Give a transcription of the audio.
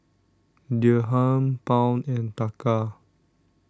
Dirham Pound and Taka